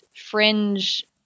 fringe